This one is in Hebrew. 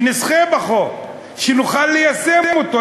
שנשחה בחוק,